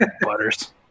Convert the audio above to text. Butters